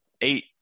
Eight